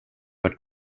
but